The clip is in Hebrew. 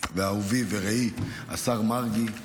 אהובי ורעי השר מרגי,